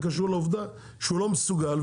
זה קשור לעובדה שהוא לא מסוגל.